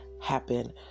happen